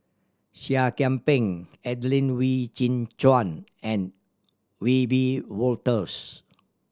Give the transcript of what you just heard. Seah Kian Peng Adelene Wee Chin Suan and Wiebe Wolters